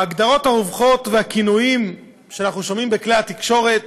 ההגדרות הרווחות והכינויים שאנחנו שומעים בכלי התקשורת: